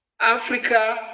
Africa